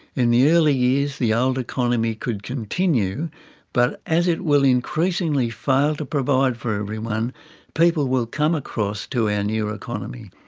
in the early years the old economy could continue but as it will increasingly fail to provide for everyone people will come across to our new economy.